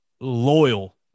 loyal